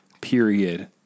period